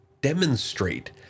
demonstrate